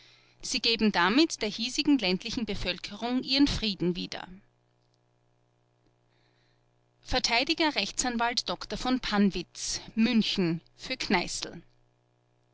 sie geben damit der hiesigen ländlichen bevölkerung ihren frieden wieder verteidiger rechtsanwalt dr v pannwitz